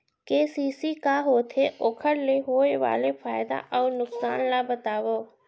KCC का होथे, ओखर ले होय वाले फायदा अऊ नुकसान ला बतावव?